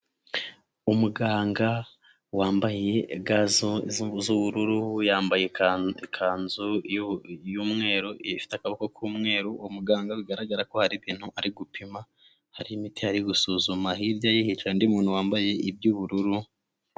Umuganga wambaye ga z'ubururu yambaye ikanzu y'umweru, ifite akaboko k'umweru, muganga bigaragara ko hari ibintu ari gupima; hari imiti ari gusuzuma, hirya hicaye undi muntu wambaye iby'ubururu.